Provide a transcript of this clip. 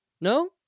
No